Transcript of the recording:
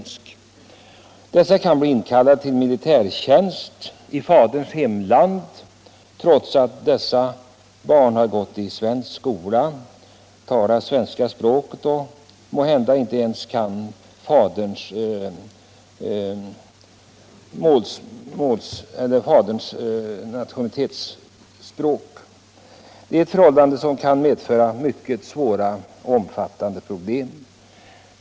Dessa pojkar kan bli inkallade till militärtjänst i faderns hemland trots att de har gått i svensk skola, talar svenska språket och måhända inte ens kan faderns nationalitetsspråk. Det är ett förhållande som kan medföra mycket svåra och omfattande problem.